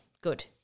Good